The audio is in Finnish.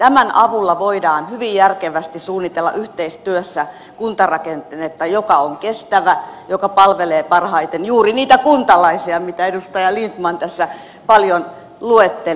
tämän avulla voidaan hyvin järkevästi suunnitella yhteistyössä kuntarakennetta joka on kestävä joka palvelee parhaiten juuri niitä kuntalaisia kuten edustaja lindtman tässä paljon luetteli